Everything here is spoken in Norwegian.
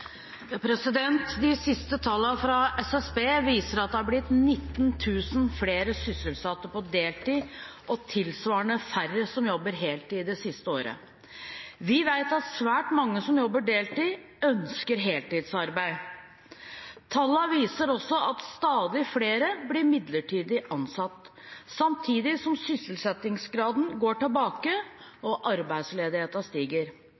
tilsvarende færre som jobber heltid det siste året. Vi vet at svært mange som jobber deltid, ønsker heltidsarbeid. Tallene viser også at stadig flere blir midlertidig ansatt, samtidig som sysselsettingsgraden går tilbake og arbeidsledigheten stiger.